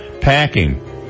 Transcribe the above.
Packing